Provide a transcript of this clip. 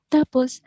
tapos